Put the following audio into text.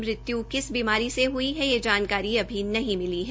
मृत्यु किस बीमारी से हुई है यह जानकारी अभी नहीं मिली है